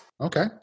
Okay